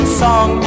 song